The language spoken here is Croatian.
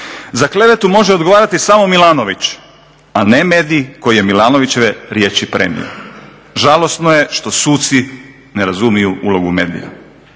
Za klevetu može odgovarati samo Milanović, a ne medij koji je Milanovićeve riječi prenio. Žalosno je što suci ne razumiju ulogu medija.